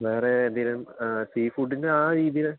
വേറെ എന്തെങ്കിലും ആ സീഫുഡിന് ആ രീതിയിൽ